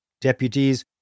Deputies